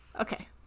Okay